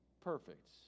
perfect